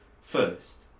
first